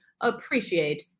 appreciate